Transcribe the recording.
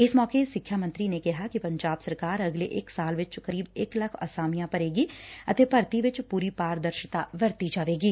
ਇਸ ਸੋਕੇ ਸਿੱਖਿਆ ਮੰਤਰੀ ਨੇ ਕਿਹਾ ਕਿ ਪੰਜਾਬ ਸਰਕਾਰ ਅਗਲੇ ਇਕ ਸਾਲ ਵਿਚ ਕਰੀਬ ਇਕ ਲੱਖ ਅਸਾਮੀਆਂ ਭਰੇਗੀ ਅਤੇ ਭਰਤੀ ਵਿਚ ਪੁਰੀ ਪਾਰਦਰਸ਼ਤਾ ਵਰਤੀ ਜਾਵੇਗੀ